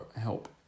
Help